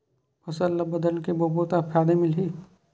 फसल ल बदल के बोबो त फ़ायदा मिलही?